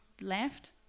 Left